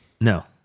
No